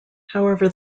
however